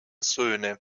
söhne